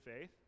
faith